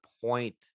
point